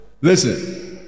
Listen